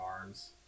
arms